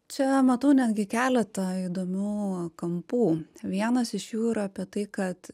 čia matau netgi keletą įdomių kampų vienas iš jų yra apie tai kad